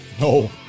no